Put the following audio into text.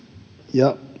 ja